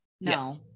no